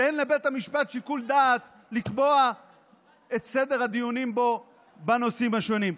שאין לבית המשפט שיקול דעת לקבוע את סדר הדיונים בו בנושאים השונים?